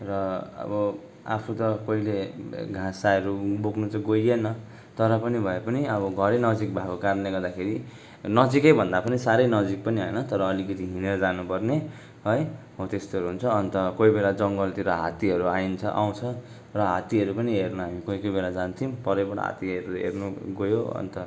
र अब आफू त पहिले घाँसहरू बोक्नु चाहिँ गइएन तर पनि भए पनि अब घरैनजिक भएको कारणले गर्दाखेरि नजिकै भन्दा पनि साह्रै नजिक पनि होइन तर अलिकति हिँडेर जानुपर्ने है हो त्यस्तोहरू हुन्छ अन्त कोही बेला जङ्गलतिर हात्तीहरू आइरहन्छ आउँछ र हात्तीहरू पनि हेर्न हामी कोही कोही बेला जान्थौँ परैबाट हात्तीहरूलाई हेर्न गयौँ अन्त